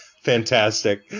fantastic